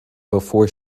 before